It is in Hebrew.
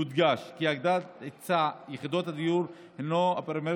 יודגש כי הגדלת היצע יחידות הדיור הוא הפרמטר